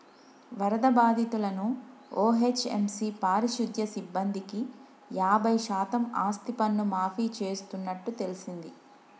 వరద బాధితులను ఓ.హెచ్.ఎం.సి పారిశుద్య సిబ్బందికి యాబై శాతం ఆస్తిపన్ను మాఫీ చేస్తున్నట్టు తెల్సింది